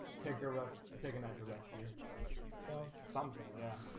take your rest and taking that to rest year so something yeah,